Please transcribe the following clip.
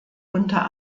unter